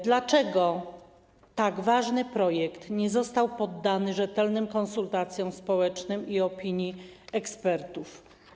Dlaczego tak ważny projekt nie został poddany rzetelnym konsultacjom społecznym i opinii ekspertów?